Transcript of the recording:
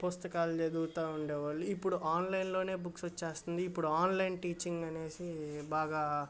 పుస్తకాలు చదువుతూ ఉండేవాళ్ళు ఇప్పుడు ఆన్లైన్లోనే బుక్స్ వచ్చేస్తుంది ఇప్పుడు ఆన్లైన్ టీచింగ్ అనేసి బాగా